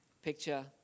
picture